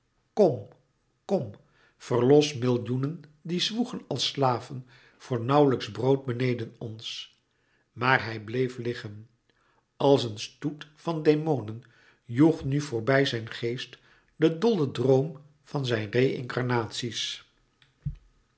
kom kom verlos millioenen die zwoegen als slaven voor nauwlijks brood beneden ons maar hij bleef liggen als een stoet van demonen joeg nu voorbij zijn geest de dolle drom van zijn